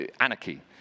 Anarchy